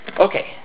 Okay